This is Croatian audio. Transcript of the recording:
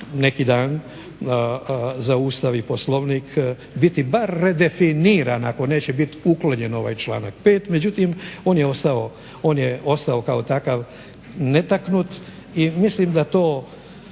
neki dan za Ustav i Poslovnik biti bar redefiniran, ako neće biti uklonjen ovaj članak 5. Međutim, on je ostao kao takav netaknut i mislim da to